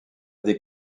des